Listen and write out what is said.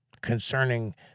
concerning